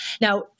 Now